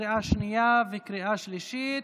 לקריאה שנייה וקריאה שלישית.